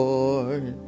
Lord